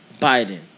Biden